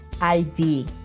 ID